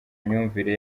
imyumvire